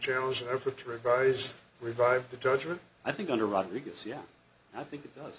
challenge an effort to revise revive the judgment i think under rodriguez yeah i think it does